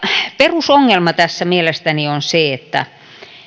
perusongelma tässä mielestäni on se että